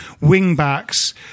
wing-backs